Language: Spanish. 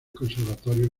conservatorios